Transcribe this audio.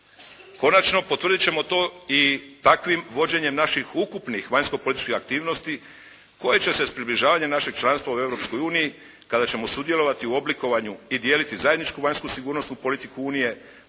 Konačno potvrdit ćemo to i takvim vođenjem naših ukupnih vanjskopolitičkih aktivnosti koje će se s približavanjem našeg članstva u Europskoj uniji kada ćemo sudjelovati u oblikovanju i dijeliti zajedničku vanjsku sigurnosnu politiku Unije